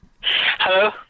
Hello